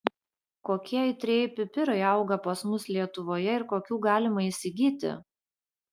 kokie aitrieji pipirai auga pas mus lietuvoje ir kokių galima įsigyti